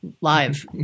Live